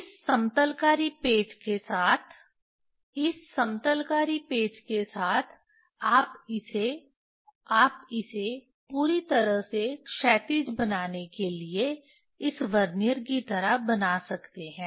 इस समतलकारी पेच के साथ इस समतलकारी पेच के साथ आप इसे आप इसे पूरी तरह से क्षैतिज बनाने के लिए इस वर्नियर की तरह बना सकते हैं